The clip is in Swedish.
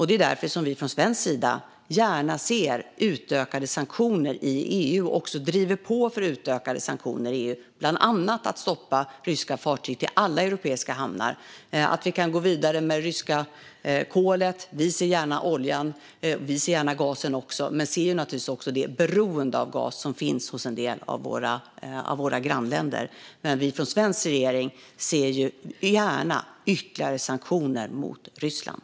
Det är därför vi från svensk sida gärna ser utökade sanktioner i EU och också driver på för utökade sanktioner i EU - bland annat att man ska stoppa ryska fartyg till alla europeiska hamnar och att man kan gå vidare med det ryska kolet. Vi ser gärna oljan och gasen också, men vi ser naturligtvis det beroende av gas som finns hos en del av våra grannländer. Från svensk regering ser vi dock gärna ytterligare sanktioner mot Ryssland.